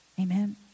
Amen